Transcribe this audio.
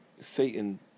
Satan